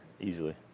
easily